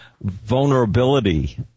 vulnerability